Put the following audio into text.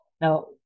Now